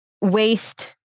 waste